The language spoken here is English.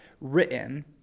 written